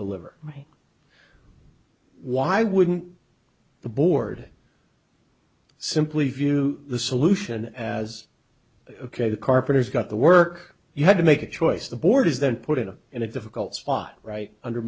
deliver why wouldn't the board simply view the solution as ok the carpenters got the work you had to make a choice the board is then put in a in a difficult spot right under